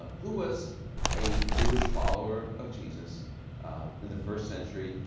who was a jewish follower of jesus in the first century,